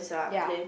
ya